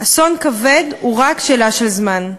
אסון כבד הוא רק שאלה של זמן.